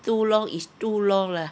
too long is too long lah